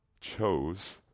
chose